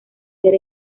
ser